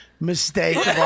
mistake